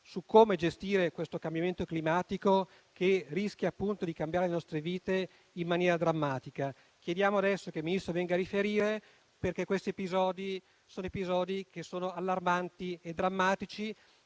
su come gestire questo cambiamento climatico, che rischia di cambiare le nostre vite in maniera drammatica. Chiediamo adesso che il Ministro venga a riferire, perché questi sono episodi allarmanti e drammatici